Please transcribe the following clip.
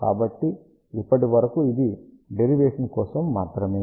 కాబట్టి ఇప్పటి వరకు ఇది డేరివేషన్ కోసము మాత్రమే